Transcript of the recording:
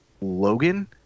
Logan